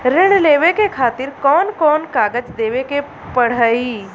ऋण लेवे के खातिर कौन कोन कागज देवे के पढ़ही?